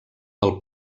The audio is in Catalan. del